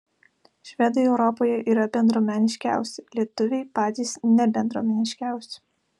švedai europoje yra bendruomeniškiausi lietuviai patys nebendruomeniškiausi